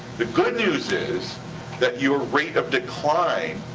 the good news is that your rate of decline